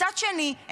מצד שני,